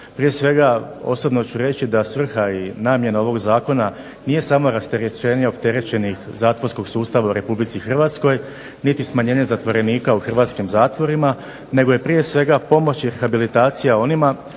Prije svega osobno ću reći da svrha i namjena ovog zakona nije samo rasterećenje opterećenog zatvorskog sustava u RH niti smanjenje zatvorenika u hrvatskim zatvorima nego je prije svega pomoć i rehabilitacija onima